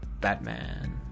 Batman